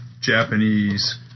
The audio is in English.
Japanese